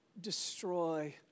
destroy